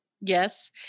Yes